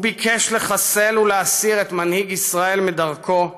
הוא ביקש לחסל ולהסיר את מנהיג ישראל מדרכו,